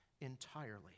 entirely